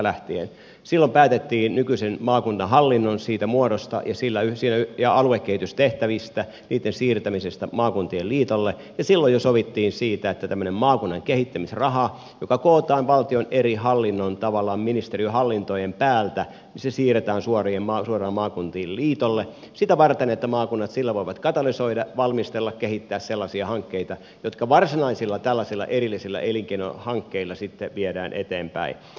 silloin päätettiin nykyisen maakunnan hallinnon siitä muodosta ja aluekehitystehtävistä niitten siirtämisestä maakuntien liitolle ja silloin jo sovittiin siitä että tämmöinen maakunnan kehittämisraha joka kootaan valtion eri hallinnon tavallaan ministeriön hallintojen päältä siirretään suoraan maakuntien liitolle sitä varten että maakunnat sillä voivat katalysoida valmistella kehittää sellaisia hankkeita jotka tällaisilla varsinaisilla erillisillä elinkeinohankkeilla sitten viedään eteenpäin